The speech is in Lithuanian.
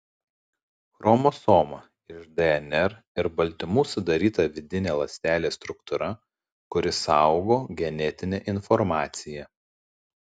chromosoma iš dnr ir baltymų sudaryta vidinė ląstelės struktūra kuri saugo genetinę informaciją